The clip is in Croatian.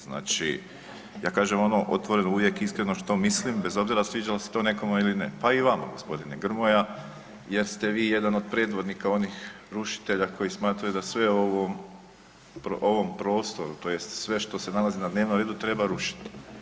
Znači, ja kažem ono otvoreno, uvijek iskreno što mislim bez obzira sviđalo se to nekome ili ne, pa i vama g. Grmoja, jer ste vi jedan od predvodnika onih rušitelja koji smatraju da sve u ovom prostoru tj. sve što se nalazi na dnevnom redu treba rušiti.